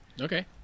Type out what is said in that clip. okay